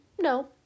no